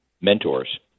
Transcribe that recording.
mentors